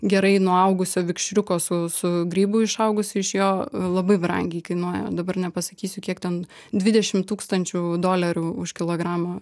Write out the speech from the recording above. gerai nuaugusio vikšriuko su su grybu išaugusiu iš jo labai brangiai kainuoja dabar nepasakysiu kiek ten dvidešim tūkstančių dolerių už kilogramą